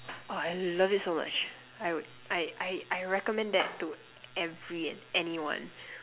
oh I love it so much I would I I I recommend that to every and anyone